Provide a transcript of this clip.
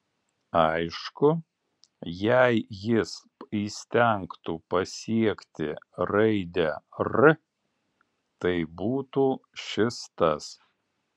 aišku jei jis įstengtų pasiekti raidę r tai būtų šis tas